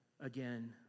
again